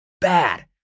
bad